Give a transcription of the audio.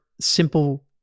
simple